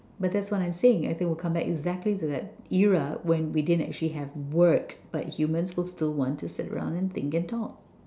but that's what I'm saying as it will come back exactly to that era when we didn't actually have work but humans will still want to sit around and think and talk